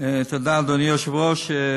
תודה, אדוני היושב-ראש.